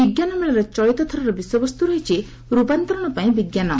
ବିଜ୍ଞାନ ମେଳାର ଚଳିତ ଥରର ବିଷୟବସ୍ତୁ ରହିଛି ରୂପାନ୍ତରଣ ପାଇଁ ବିଜ୍ଞାନ